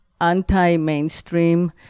anti-mainstream